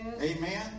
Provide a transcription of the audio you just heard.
amen